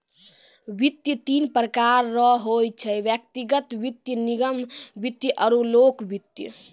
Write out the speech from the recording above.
वित्त तीन प्रकार रो होय छै व्यक्तिगत वित्त निगम वित्त आरु लोक वित्त